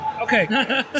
Okay